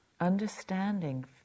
understanding